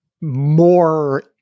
more